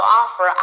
offer